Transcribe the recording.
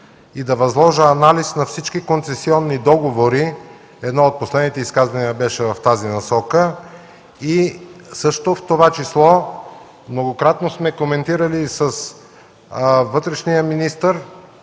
и да възложа анализ на всички концесионни договори – едно от последните изказвания беше в тази насока. И също в това число, многократно сме коментирали с вътрешния министър